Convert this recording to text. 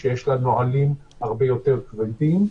המשפטית, שיש לה נהלים הרבה יותר כבדים.